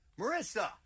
Marissa